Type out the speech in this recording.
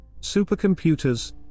Supercomputers